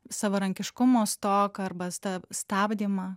savarankiškumo stoką arba sta stabdymą